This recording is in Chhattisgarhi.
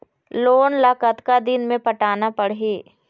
लोन ला कतका दिन मे पटाना पड़ही?